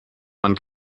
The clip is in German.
man